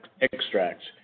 extracts